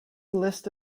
list